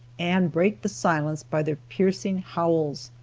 and break the silence by their piercing howls.